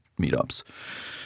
meetups